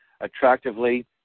attractively